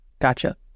Gotcha